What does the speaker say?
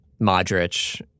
Modric